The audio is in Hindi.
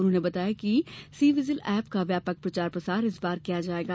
उन्होंने बताया कि इस सी विजिल एप का व्यापक प्रचार प्रसार किया जायेगा